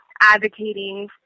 advocating